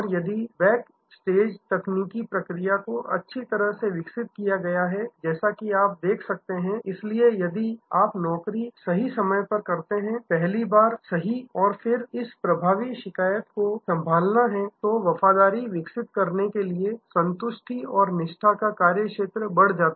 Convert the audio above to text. यदि आपने backstage तकनीकी प्रक्रिया को अच्छी तरह से विकसित किया है जैसा कि आप देख सकते हैं इसलिए यदि आप नौकरी सही समय पर करते हैं पहली बार सही और फिर इस प्रभावी शिकायत को संभालना है तो वफादारी विकसित करने के लिए संतुष्टि और निष्ठा का कार्य क्षेत्र बढ़ जाता है